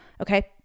Okay